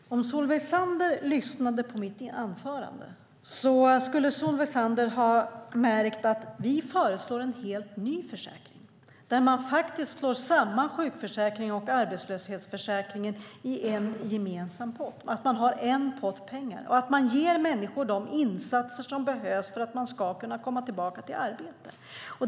Herr talman! Om Solveig Zander hade lyssnat på mitt anförande skulle hon ha märkt att vi föreslår en helt ny försäkring där man slår samman sjukförsäkringen och arbetslöshetsförsäkringen i en gemensam pott. Man har en pott pengar och erbjuder människor de insatser som behövs för att de ska kunna komma tillbaka till arbete.